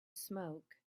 smoke